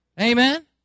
Amen